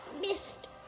Missed